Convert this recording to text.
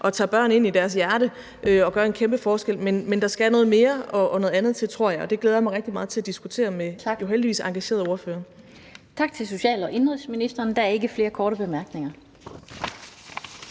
og tager børn ind i deres hjerte og gør en kæmpe forskel – men der skal noget mere og noget andet til, tror jeg, og det glæder jeg mig rigtig meget til at diskutere med jo heldigvis engagerede ordførere. Kl. 17:55 Den fg. formand (Annette Lind): Tak til social- og indenrigsministeren. Der er ikke flere korte bemærkninger.